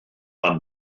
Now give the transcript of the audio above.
fan